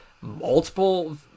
multiple